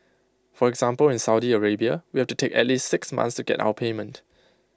for example in Saudi Arabia we have to take at least six months to get our payment